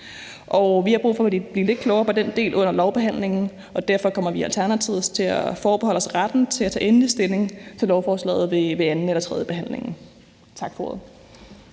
Vi har brug for at blive lidt klogere på den del under lovbehandlingen, og derfor kommer vi i Alternativet til at forbeholde os retten til at tage endelig stilling til lovforslaget ved anden- eller tredjebehandlingen. Tak for ordet.